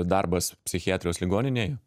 darbas psichiatrijos ligoninėj